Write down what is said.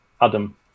Adam